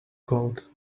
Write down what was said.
gold